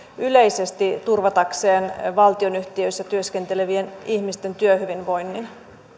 yleisesti turvatakseen valtionyhtiöissä työskentelevien ihmisten työhyvinvoinnin